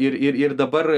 ir ir ir dabar